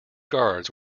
guards